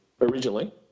originally